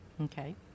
Okay